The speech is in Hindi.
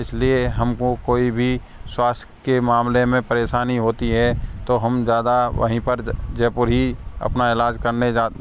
इस लिए हम को कोई भी स्वास्थ्य के मामले में परेशानी होती है तो हम ज़्यादा वहीं पर जयपुर ही अपना इलाज करने जा